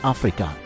Africa